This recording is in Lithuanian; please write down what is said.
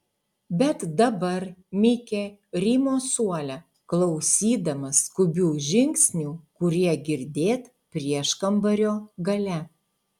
bet dabar mikė rymo suole klausydamas skubių žingsnių kurie girdėt prieškambario gale